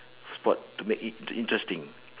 sport to make it interesting